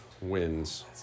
wins